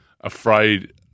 afraid